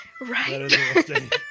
right